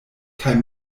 kaj